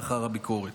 לאחר הביקורת.